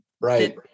Right